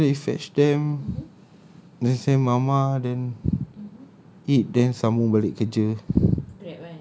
then after that you fetch them then send mama then eat then sambung balik kerja